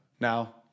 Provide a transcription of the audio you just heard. Now